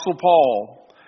Paul